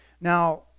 Now